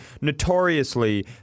notoriously